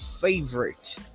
favorite